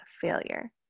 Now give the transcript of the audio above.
failure